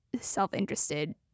self-interested